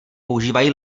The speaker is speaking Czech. používají